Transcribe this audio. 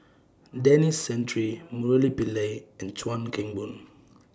Denis Santry Murali Pillai and Chuan Keng Boon